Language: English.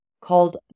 called